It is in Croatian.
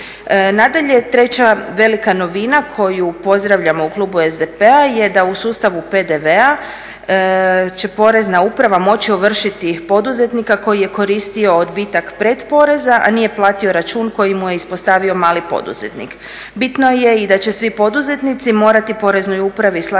Nadalje, treća velika novina koju pozdravljamo u klubu SDP-a je da u sustavu PDV-a će Porezna uprava moći ovršiti poduzetnika koji je koristio odbitak pretporeza a nije platio račun koji mu je ispostavio mali poduzetnik. Bitno je i da će svi poduzetnici morati Poreznoj upravi slati